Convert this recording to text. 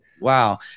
Wow